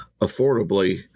affordably